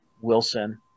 Wilson